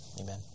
Amen